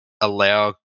allow